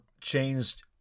changed